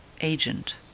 Agent